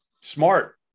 smart